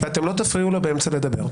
ואתם לא תפריעו לו באמצע הדיבור.